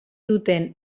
duten